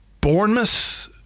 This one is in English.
Bournemouth